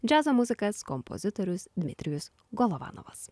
džiazo muzikas kompozitorius dmitrijus golovanovas